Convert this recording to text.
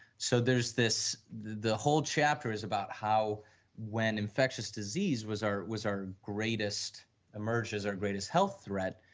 so, there is this, the whole chapter is about how when infectious disease was our was our greatest emerges or greatest health threat,